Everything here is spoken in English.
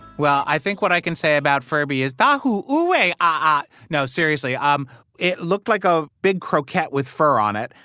well, i think what i can say about furby is da who oo ah ah ah. no seriously. um it looked like a big croquette with fur on it.